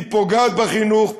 היא פוגעת בחינוך,